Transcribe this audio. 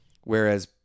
Whereas